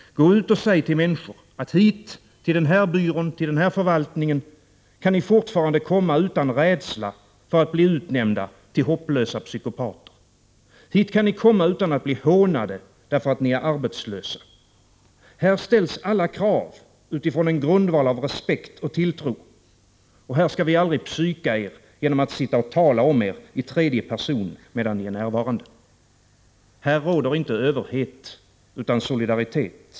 Gå ut och säg till människor, att till den här byrån, till den här förvaltningen kan ni fortfarande komma utan rädsla för att bli utnämnda till hopplösa psykopater. Hit kan ni komma utan att bli hånade därför att ni är arbetslösa. Här ställs alla krav utifrån en grundval av respekt och tilltro, och här skall vi aldrig psyka er genom att sitta och tala om er i trejde person, medan ni är närvarande. Här råder inte överhet, utan solidaritet.